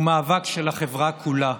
הוא מאבק של החברה כולה.